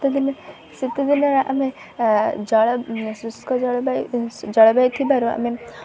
ଶୀତଦିନେ ଶୀତଦିନେ ଆମେ ଜଳ ଶୁଷ୍କ ଜଳବାୟୁ ଜଳବାୟୁ ଥିବାରୁ ଆମେ